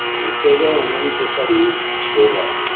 बूह्टे गै होङन ते साढ़ी सोभा ऐ